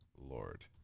lord